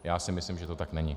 Já si myslím, že to tak není.